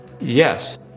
Yes